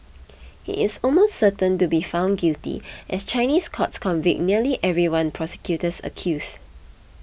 he is almost certain to be found guilty as Chinese courts convict nearly everyone prosecutors accuse